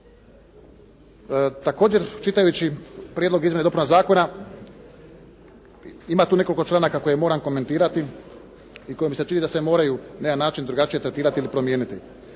Također, čitajući prijedlog izmjena i dopuna zakona ima tu nekoliko članaka koje moram komentirati i koje mi se čini da se moraju na jedan način drugačije tretirati ili promijeniti.